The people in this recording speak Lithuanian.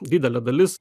didelė dalis